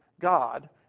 God